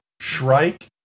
Shrike